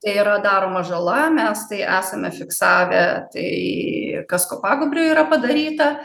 tai yra daroma žala mes tai esame fiksavę tai kas kopagūbriui yra padaryta